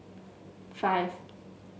five